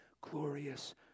glorious